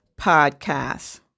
podcast